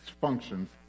functions